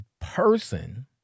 person